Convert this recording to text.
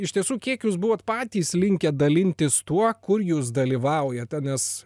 iš tiesų kiek jūs buvot patys linkę dalintis tuo kur jūs dalyvaujate nes